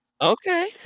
Okay